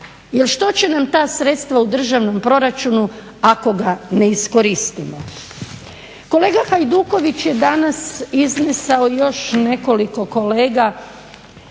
Jer što će nam ta sredstva u državnom proračunu ako ga ne iskoristimo. Kolega Hajduković je danas iznesao, još nekoliko kolega,